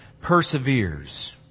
perseveres